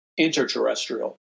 interterrestrial